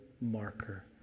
marker